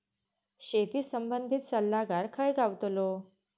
शेती संबंधित सल्लागार खय गावतलो?